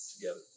together